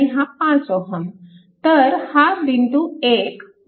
तर हा बिंदू 1 व हा बिंदू 2